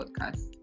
podcast